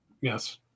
Yes